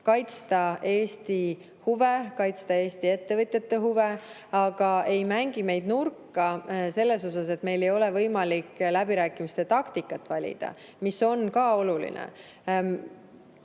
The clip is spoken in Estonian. kaitsta Eesti huve, kaitsta Eesti ettevõtjate huve, aga ei mängi meid nurka selles osas, et meil ei ole võimalik läbirääkimiste taktikat valida. See on ka oluline.